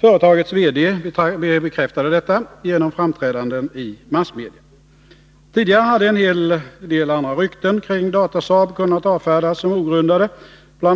Företagets VD bekräftade detta genom framträdanden i massmedia. Tidigare hade en hel del andra rykten kring Datasaab kunnat avfärdas som ogrundade. Bl.